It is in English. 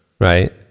Right